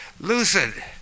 Lucid